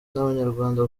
n’abanyarwanda